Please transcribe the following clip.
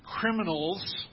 Criminals